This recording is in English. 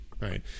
right